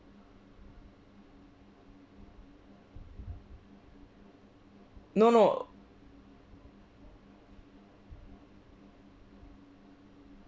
no no